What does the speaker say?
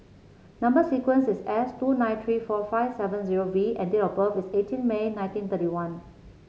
number sequence is S two nine three four five seven zero V and date of birth is eighteen May nineteen thirty one